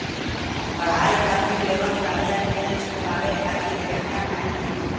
पढ़ाई खातिर लेवल कर्जा के चुकावे खातिर केतना टाइम मिली?